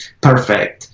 perfect